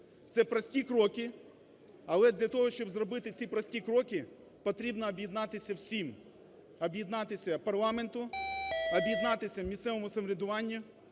Це прості кроки, але для того, щоб зробити ці прості кроки потрібно об'єднатися всім, об'єднатися парламенту, об'єднатися місцевому самоврядуванню,